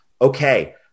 Okay